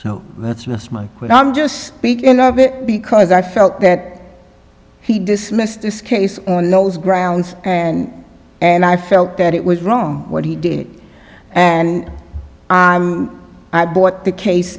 so that's why it's my quote i'm just speaking of it because i felt that he dismissed this case on those grounds and and i felt that it was wrong what he did and i i brought the case